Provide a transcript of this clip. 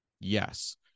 Yes